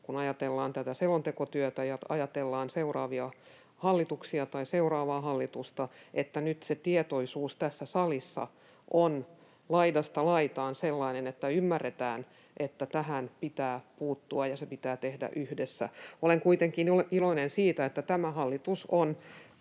kun ajatellaan tätä selontekotyötä ja ajatellaan seuraavia hallituksia tai seuraavaa hallitusta, että nyt se tietoisuus tässä salissa on laidasta laitaan sellainen, että ymmärretään, että tähän pitää puuttua ja se pitää tehdä yhdessä. Olen kuitenkin iloinen siitä, että tämä hallitus on